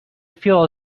feel